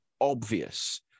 obvious